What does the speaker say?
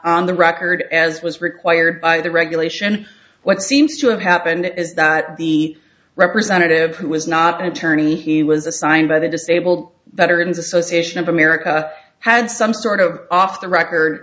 on the record as was required by the regulation what seems to have happened is that the representative who was not an attorney he was assigned by the disabled veterans association of america had some sort of off the record